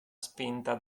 spinta